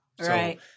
right